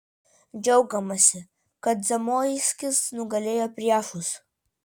džiaugiamasi kad zamoiskis nugalėjo priešus